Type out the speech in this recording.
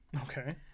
Okay